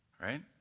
right